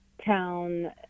town